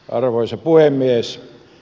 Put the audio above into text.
arvoisa puhemies